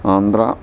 Andhra